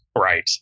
Right